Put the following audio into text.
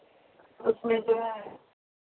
उसमें जो है